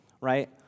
right